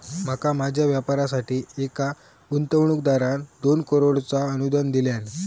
माका माझ्या व्यापारासाठी एका गुंतवणूकदारान दोन करोडचा अनुदान दिल्यान